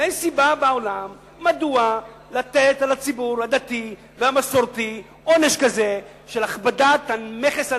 אין סיבה בעולם לתת לציבור הדתי והמסורתי עונש כזה של הכבדת המכס עליהם.